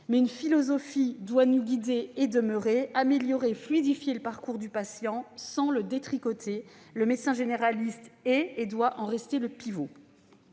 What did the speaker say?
seule philosophie doit nous guider : il faut améliorer et fluidifier le parcours du patient sans le détricoter. Le médecin généraliste est et doit en rester le pivot.